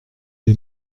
des